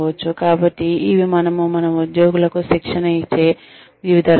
కాబట్టి ఇవి మనము మన ఉద్యోగులకు శిక్షణ ఇచ్చే వివిధ మార్గాలు